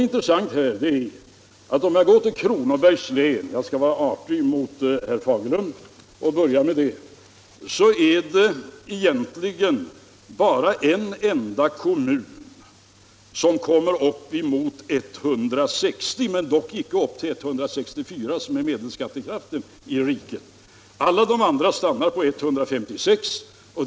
Intressant i detta sammanhang är — om jag går till Kronobergs län; jag skall vara artig mot herr Fagerlund och börja med det — att det egentligen bara är en enda kommun som kommer upp emot 160 kr., men dock inte upp till 164 kr., som är medelskattekraften i riket, medan alla de andra kommunerna stannar på, 156 kr.